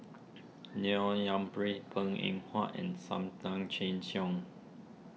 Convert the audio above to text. Neil Yumphreys Png Eng Huat and Sam Tan Chin Siong